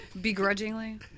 Begrudgingly